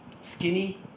skinny